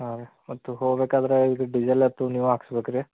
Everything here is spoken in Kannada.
ಹಾಂ ರೀ ಮತ್ತು ಹೋಗಬೇಕಾದ್ರೆ ಡಿಸೇಲ್ ಅತ್ತು ನೀವೇ ಹಾಕ್ಸ್ಬೇಕು ರೀ